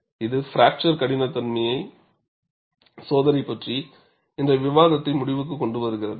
இது ஃப்பிராக்சர் கடினத்தன்மை சோதனை பற்றிய எங்கள் விவாதத்தை முடிவுக்கு கொண்டு வருகிறது